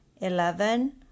Eleven